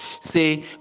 say